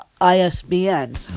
ISBN